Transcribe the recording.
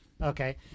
Okay